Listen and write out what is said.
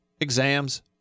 exams